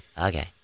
okay